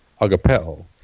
agapeo